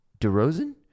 DeRozan